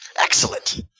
Excellent